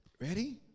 Ready